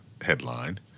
headline